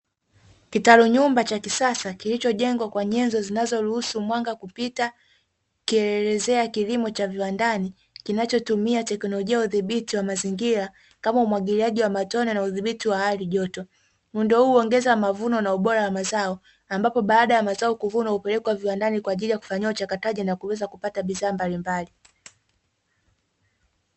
Kitalu nyumba cha kisasa kilichojengwa kwa nyenzo zinazoruhusu mwanga kupita, kikielezea kilimo cha viwandani kinachotumia teknolojia udhibiti wa mazingira kama umwagiliaji wa matone na udhibiti wa hali joto, muundo huu huongeza mavuno na ubora wa mazao, ambapo baada ya mazao kuvuna upelekwe wa viwandani kwa ajili ya kufanyiwa mchakato na kuweza kupata bidhaa mbalimbali.